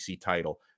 title